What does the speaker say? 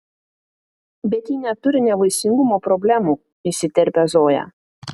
bet ji neturi nevaisingumo problemų įsiterpia zoja